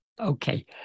Okay